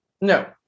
No